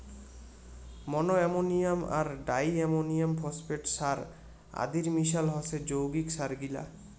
মনো ammonium আর di ammonium phosphate সার আদির মিশাল হসে যৌগিক সারগিলা